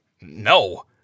No